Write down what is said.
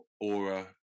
aura